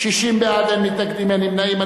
60 בעד, אין מתנגדים, אין נמנעים.